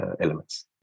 elements